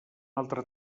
altre